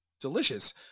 delicious